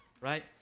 right